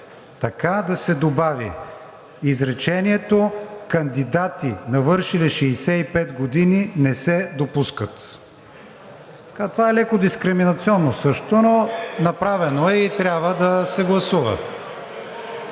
т. 2 да се добави изречението „Кандидати, навършили 65 години, не се допускат.“ Това е леко дискриминационно, но е направено и трябва да се гласува.